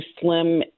slim